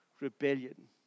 rebellion